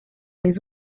les